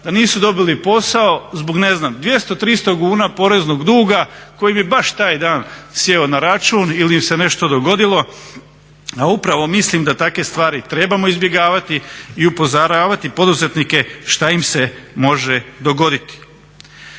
da nisu dobili posao zbog 200-300 kuna poreznog duga koji im je baš taj dan sjeo na račun ili im se nešto dogodilo, a upravo mislim da takve stvari trebamo izbjegavati i upozoravati poduzetnike šta im se može dogoditi.